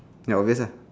ya obvious ah